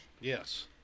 Yes